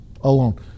alone